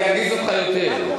אני ארגיז אותך יותר,